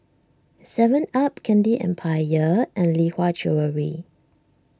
Seven Up Candy Empire and Lee Hwa Jewellery